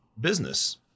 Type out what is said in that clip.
business